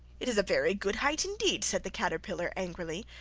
it is a very good height indeed said the caterpillar angrily,